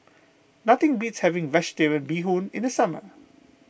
nothing beats having Vegetarian Bee Hoon in the summer